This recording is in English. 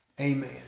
Amen